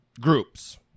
groups